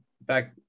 back